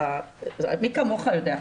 מי כמוך יודע,